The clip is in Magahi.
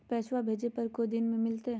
पैसवा भेजे पर को दिन मे मिलतय?